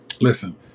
listen